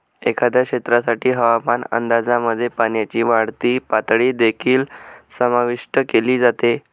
एखाद्या क्षेत्रासाठी हवामान अंदाजामध्ये पाण्याची वाढती पातळी देखील समाविष्ट केली जाते